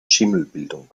schimmelbildung